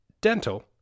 dental